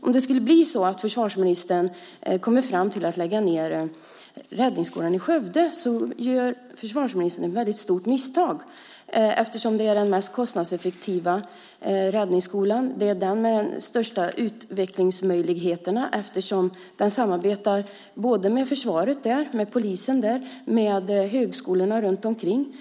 Om försvarsministern kommer fram till att man ska lägga ned räddningsskolan i Skövde gör försvarsministern ett väldigt stort misstag. Det är den mest kostnadseffektiva räddningsskolan. Det är den med de största utvecklingsmöjligheterna. Den samarbetar med försvaret och polisen där och med högskolorna runt omkring.